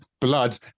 blood